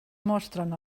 mostren